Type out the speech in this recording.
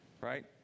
right